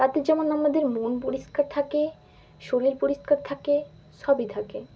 তাতে যেমন আমাদের মন পরিষ্কার থাকে শরীর পরিষ্কার থাকে সবই থাকে